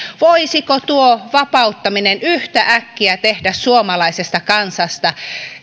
voisiko tuo vapauttaminen yhtäkkiä tehdä suomalaisesta kansasta